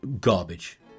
Garbage